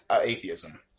atheism